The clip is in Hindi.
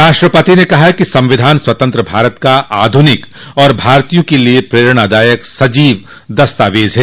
राष्ट्रपति ने कहा कि संविधान स्वतंत्र भारत का आधुनिक और भारतीयों के लिए प्रेरणादायक सजीव दस्तावेज है